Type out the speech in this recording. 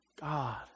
God